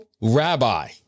Rabbi